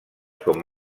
com